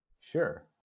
sure